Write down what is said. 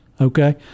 Okay